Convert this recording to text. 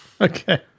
Okay